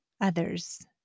others